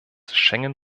schengen